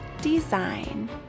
design